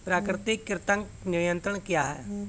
प्राकृतिक कृंतक नियंत्रण क्या है?